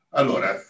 allora